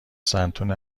سنتور